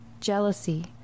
jealousy